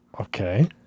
Okay